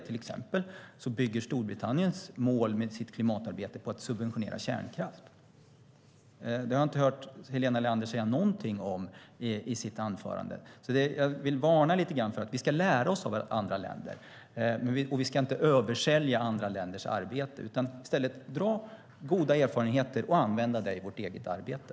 Till exempel bygger Storbritanniens mål med klimatarbetet på att man subventionerar kärnkraft. Det har jag inte hört Helena Leander säga något om i sitt anförande. Jag vill varna. Vi ska lära oss av andra länder, men vi ska inte översälja andra länders arbete. I stället ska vi dra goda erfarenheter och använda dem i vårt eget arbete.